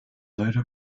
little